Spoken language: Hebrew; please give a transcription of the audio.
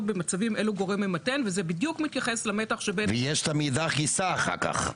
במצבים אלה גורם ממתן" --- ויש את ה"מאידך גיסא" אחר-כך.